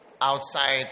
outside